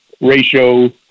ratio